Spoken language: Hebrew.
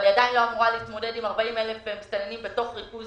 אבל היא עדיין לא אמורה להתמודד עם 40,000 מסתננים בתוך ריכוז